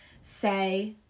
say